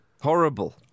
Horrible